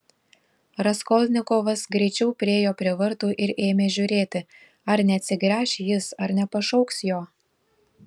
raskolnikovas greičiau priėjo prie vartų ir ėmė žiūrėti ar neatsigręš jis ar nepašauks jo